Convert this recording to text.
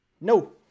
no